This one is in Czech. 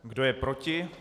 Kdo je proti?